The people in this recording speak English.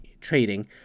trading